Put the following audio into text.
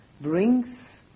brings